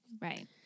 right